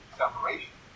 separation